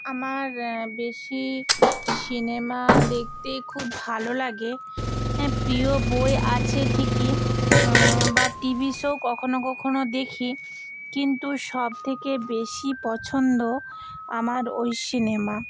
আমার বেশি সিনেমা দেখতে খুব ভালো লাগে প্রিয় বই আছে ঠিকই বা টিভি শোও কখনও কখনও দেখি কিন্তু সবথেকে বেশি পছন্দ আমার ওই সিনেমা